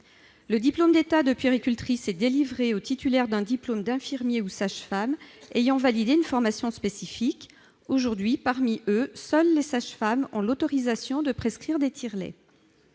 Le diplôme d'État de puéricultrice est délivré aux titulaires d'un diplôme d'infirmier ou de sage-femme qui ont validé une formation spécifique. Aujourd'hui, parmi eux, seules les sages-femmes ont l'autorisation de prescrire des tire-laits.